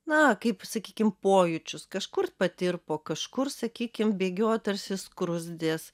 na kaip sakykim pojūčius kažkur patirpo kažkur sakykim bėgioja tarsi skruzdės